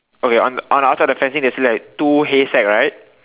okay on on outside the fencing there's two hay sack right